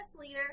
leader